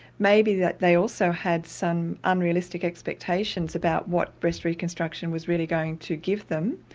maybe that they also had some unrealistic expectations about what breast reconstruction was really going to give them.